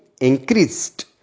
increased